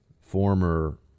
Former